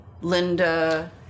Linda